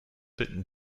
bitten